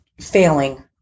failing